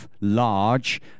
large